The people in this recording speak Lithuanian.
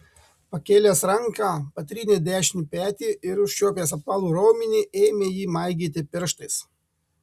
pakėlęs ranką patrynė dešinį petį ir užčiuopęs apvalų raumenį ėmė jį maigyti pirštais